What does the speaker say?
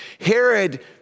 Herod